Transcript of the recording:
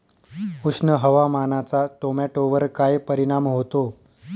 उष्ण हवामानाचा टोमॅटोवर काय परिणाम होतो?